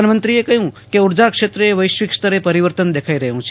પ્રધાનમંત્રીએ કહ્યું કે ઊર્જા ક્ષેત્રે વૈશ્વિકસ્તરે પરિવર્ત દેખાઈ રહ્યું છે